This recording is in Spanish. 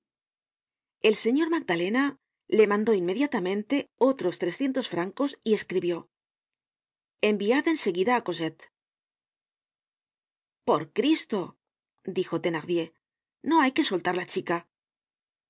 el señor magdalena le mandó inmediatamente otros trescientos francos y escribió enviad en seguida á cosette por cristo dijo thenardier no hay que soltar la chica